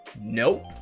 nope